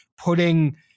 putting